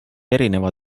erineva